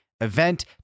event